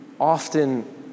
often